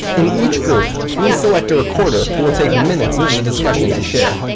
in each group, please select a recorder who will take minutes of the discussion to share.